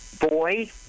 Boy